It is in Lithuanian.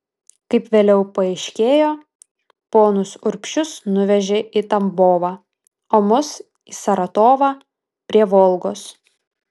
kaip vėliau paaiškėjo ponus urbšius nuvežė į tambovą o mus į saratovą prie volgos